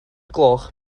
gloch